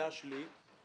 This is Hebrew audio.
חדש לי.